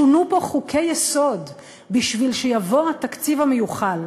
שונו פה חוקי-יסוד כדי שיעבור התקציב המיוחל.